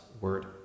word